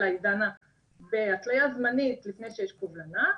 אלא היא דנה בהתליה זמנית לפני שיש קובלנה.